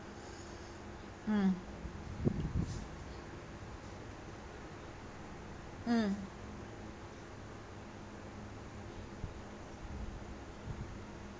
mm mm